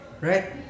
Right